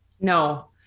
No